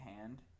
hand